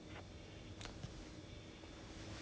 no plans of retiring anytime soon